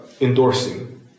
endorsing